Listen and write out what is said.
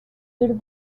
suited